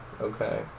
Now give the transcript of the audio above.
Okay